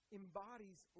embodies